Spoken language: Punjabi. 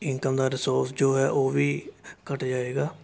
ਇੰਨਕਮ ਦਾ ਰੀਸੋਰਸ ਜੋ ਹੈ ਉਹ ਵੀ ਘੱਟ ਜਾਵੇਗਾ